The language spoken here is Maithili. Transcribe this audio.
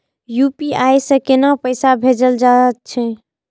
यू.पी.आई से केना पैसा भेजल जा छे?